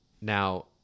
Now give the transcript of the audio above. Now